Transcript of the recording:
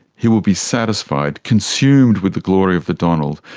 he will be satisfied, consumed with the glory of the donald,